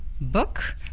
book